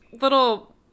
little